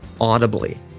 audibly